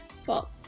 false